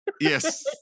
Yes